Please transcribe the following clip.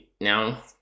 now